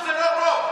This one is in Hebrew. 62% זה לא רוב.